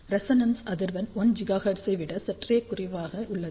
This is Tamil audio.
ரெசொணன்ஸ் அதிர்வெண் 1GHz விட சற்றே குறைவாக உள்ளது